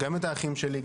גם את האחים שלי,